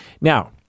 Now